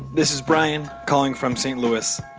this is brian calling from st. louis.